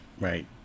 Right